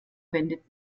wendet